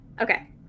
Okay